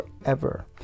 forever